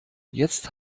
jetzt